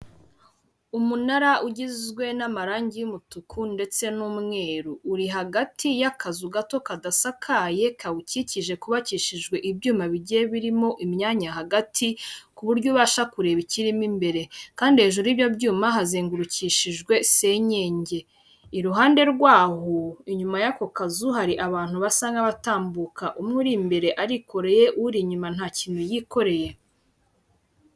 Umunara ugizwe n'amarangi y'umutuku ndetse n'umweru, uri hagati y'akazu gato kadasakaye kawukikije kubabakishijwe ibyuma bigiye birimo imyanya hagati, ku buryo ubasha kureba ikirimo imbere, kandi hejuru y'ibyo byuma hazengurukishijwe senyenge. Iruhande rwaho inyuma y'ako kazu hari abantu basa nk'abatambuka umwe uri imbere arikoreye uri inyuma nta kintu yikoreye.